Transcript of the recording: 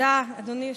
תודה, אדוני היושב-ראש.